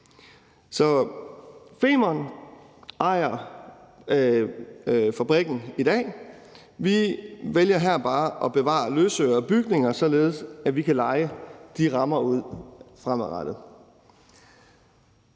Femern Bælt ejer fabrikken i dag. Vi vælger her bare at bevare løsøre og bygninger, således at vi kan leje de rammer ud fremadrettet.